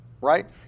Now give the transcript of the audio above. right